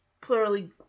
clearly